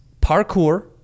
parkour